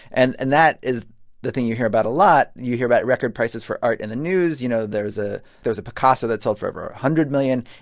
and and that is the thing you hear about a lot you hear about record prices for art in the news. you know, there's ah there's a picasso that sold for over a hundred million.